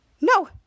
No